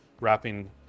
wrapping